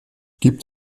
gibt